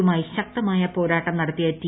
യുമായി ശക്തമായ പോരാട്ടം നടത്തിയ ടി